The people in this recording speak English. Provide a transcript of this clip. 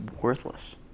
worthless